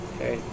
Okay